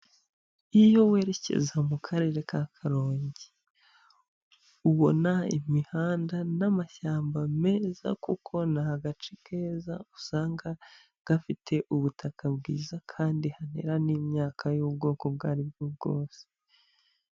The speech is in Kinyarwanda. Iyo werekeza mu karere ka Karongi ubona imihanda n'amashyamba meza kuko, ni agace keza usanga gafite ubutaka bwiza kandi hanera n'imyaka y'ubwoko ubwo ari bwo bwose.